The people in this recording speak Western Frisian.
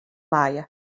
lije